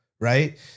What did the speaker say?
right